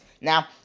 Now